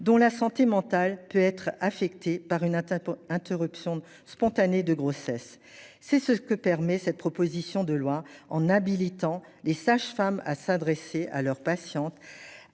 dont la santé mentale peut être affectée par une interruption spontanée de grossesse. C'est ce que permet cette proposition de loi en habilitant les sages-femmes à adresser leurs patientes